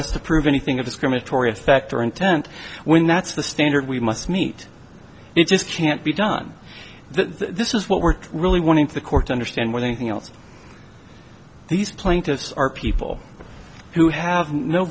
us to prove anything of discriminatory effect or intent when that's the standard we must meet it just can't be done this is what we're really wanting to the court understand with anything else these plaintiffs are people who have no